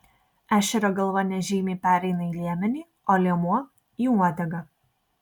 ešerio galva nežymiai pereina į liemenį o liemuo į uodegą